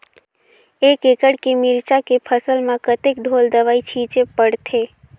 एक एकड़ के मिरचा के फसल म कतेक ढोल दवई छीचे पड़थे?